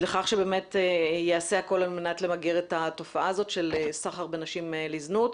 ולכך שבאמת יעשה הכול על מנת למגר את התופעה הזאת של סחר בנשים לזנות.